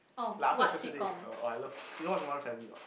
like after a stressful day uh oh I love you know watch modern family or not